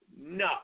No